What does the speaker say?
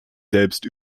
selbst